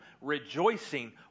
rejoicing